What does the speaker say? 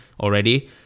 already